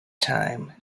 time